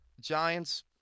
Giants